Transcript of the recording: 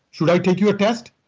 should i take your test?